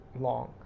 long